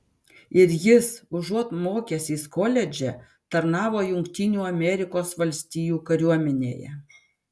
ir jis užuot mokęsis koledže tarnavo jungtinių amerikos valstijų kariuomenėje